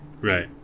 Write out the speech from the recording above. Right